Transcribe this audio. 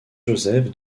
joseph